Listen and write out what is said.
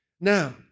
Now